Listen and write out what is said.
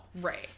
Right